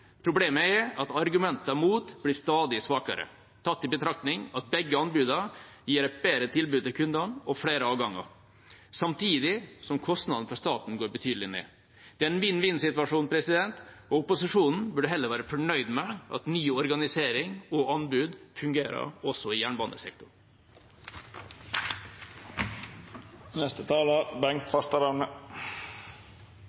Problemet er at argumentene mot blir stadig svakere, tatt i betraktning at begge anbudene gir et bedre tilbud til kundene og flere avganger, samtidig som kostnadene for staten går betydelig ned. Det er en vinn-vinn-situasjon, og opposisjonen burde heller være fornøyd med at ny organisering og anbud fungerer også i